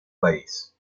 país